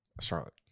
Charlotte